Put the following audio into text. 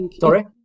Sorry